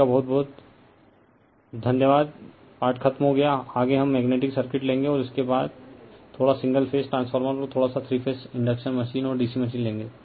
Glossary English Word Word Meaning main main मुख्य flow flow प्रवाहित redundant रीडनडेंट unuseful subtract subtract घटाना determine determine निर्धारित करना real रियल वास्तविक parallel पैरेलल सामानांतर mentioned मेनशनड उल्लेख suggest सजेस्ट सुझाव